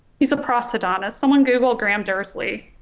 he's a prosthodontist someone google graham dersley.